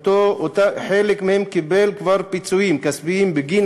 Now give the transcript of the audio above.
שחלק מהם קיבל כבר פיצויים כספיים בגין